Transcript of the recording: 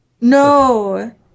No